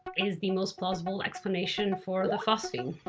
is the most plausible explanation for the phosphine.